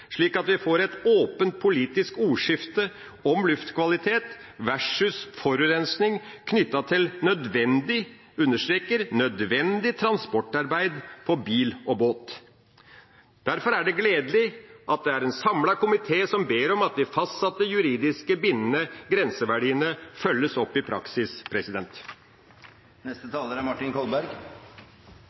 slik at vi får et åpent politisk ordskifte om luftkvalitet versus forurensning knyttet til nødvendig – jeg understreker nødvendig – transportarbeid på bil og båt. Derfor er det gledelig at det er en samlet komité som ber om at de fastsatte juridisk bindende grenseverdiene følges opp i praksis.